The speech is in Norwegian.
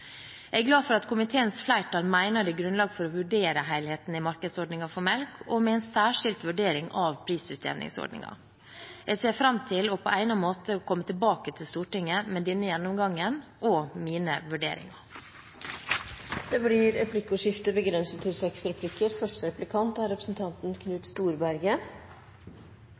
Jeg er glad for at komiteens flertall mener det er grunnlag for å vurdere helheten i markedsordningen for melk og med en særskilt vurdering av prisutjevningsordningen. Jeg ser fram til på egnet måte å komme tilbake til Stortinget med denne gjennomgangen og mine vurderinger. Det blir replikkordskifte. Før representanten Storberget får ordet til